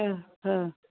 ओं ओं